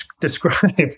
describe